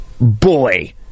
boy